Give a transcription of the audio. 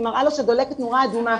היא מראה לו שדולקת נורה אדומה,